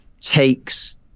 takes